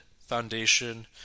foundation